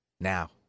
Now